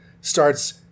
starts